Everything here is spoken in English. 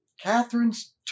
Catherine's